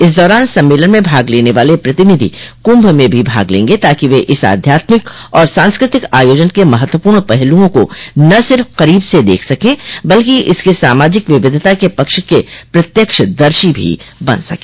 इस दौरान सम्मेलन में भाग लेने वाले प्रतिनिधि कुंभ में भी भाग लेंगे ताकि वे इस आध्यात्मिक और सांस्कृतिक आयोजन के महत्वपूर्ण पहलूओं को न सिर्फ करीब से देख सके बल्कि इसके सामाजिक विविधता के पक्ष के प्रत्यक्षदर्शी भी बन सक